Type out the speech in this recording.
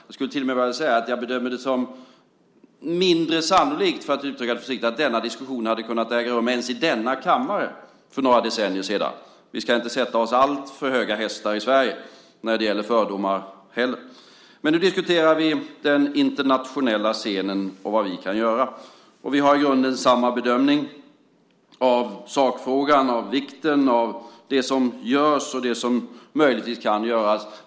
Jag skulle till och med vilja säga att jag bedömer det som mindre sannolikt, försiktigt uttryckt, att denna diskussion för några decennier sedan hade kunnat äga rum ens i denna kammare. Vi ska inte heller sätta oss på alltför höga hästar i Sverige när det gäller fördomar. Men nu diskuterar vi den internationella scenen och vad vi kan göra. Vi gör i grunden samma bedömning av sakfrågan, av vikten av det som görs och det som möjligtvis kan göras.